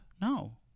No